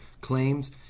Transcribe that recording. claims